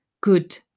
good